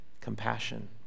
Compassion